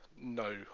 no